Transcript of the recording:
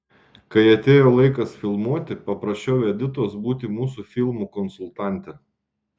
kai atėjo laikas filmuoti paprašiau editos būti mūsų filmo konsultante